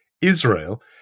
Israel